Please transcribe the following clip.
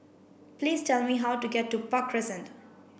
please tell me how to get to Park Crescent